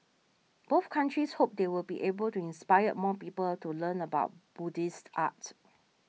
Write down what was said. both countries hope they will be able to inspire more people to learn about Buddhist art